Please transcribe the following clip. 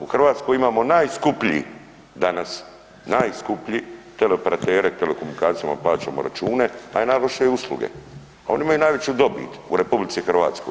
U Hrvatskoj imamo najskuplji danas, najskuplji teleopratere telekomunikacijama plaćamo račune, a … usluge, a oni imaju najveću dobit u RH.